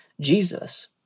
Jesus